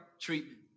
treatment